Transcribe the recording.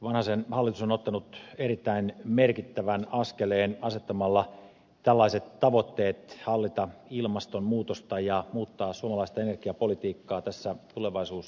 vanhasen hallitus on ottanut erittäin merkittävän askeleen asettamalla tällaiset tavoitteet hallita ilmastonmuutosta ja muuttaa suomalaista energiapolitiikkaa tässä tulevaisuusselonteossa